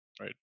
right